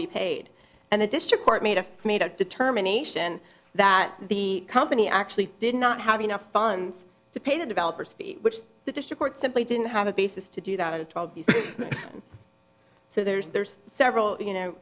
be paid and the district court made a made a determination that the company actually did not have enough funds to pay the developers which the district simply didn't have a basis to do that it so there's there's several you know